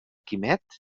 quimet